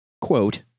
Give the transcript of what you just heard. quote